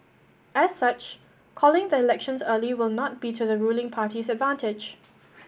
as such calling the elections early will not be to the ruling party's advantage